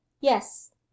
Yes